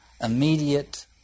immediate